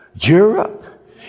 europe